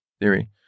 theory